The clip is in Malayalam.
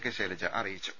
കെ ശൈലജ അറിയിച്ചു